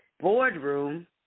boardroom